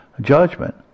judgment